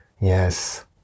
yes